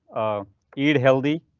eat healthy,